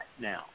now